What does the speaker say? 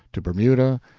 to bermuda,